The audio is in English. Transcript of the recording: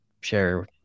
share